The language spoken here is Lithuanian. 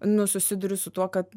nu susiduriu su tuo kad